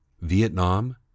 Vietnam